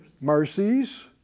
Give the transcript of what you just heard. Mercies